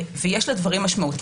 ויש לדברים משמעות.